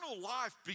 life